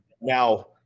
now